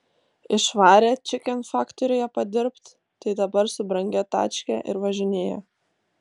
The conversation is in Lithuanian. išvarė čikenfaktoriuje padirbt tai dabar su brangia tačke ir važinėja